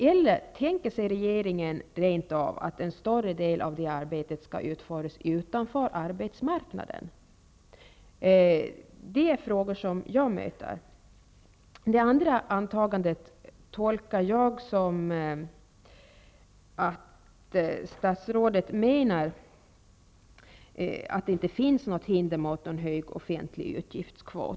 Eller tänker sig regeringen rent av att en större del av det arbetet skall utföras utanför arbetsmarknaden? Det är frågor som jag möter. Det andra antagandet tolkar jag som att statsrådet menar att det inte finns något hinder mot en hög offentlig utgiftskvot.